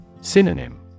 Synonym